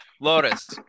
Lotus